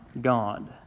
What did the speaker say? God